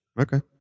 Okay